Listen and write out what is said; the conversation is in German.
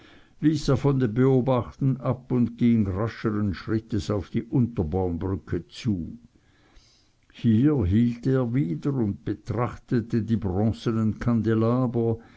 von dem beobachten ab und ging rascheren schrittes auf die unterbaumbrücke zu hier hielt er wieder und betrachtete die bronzenen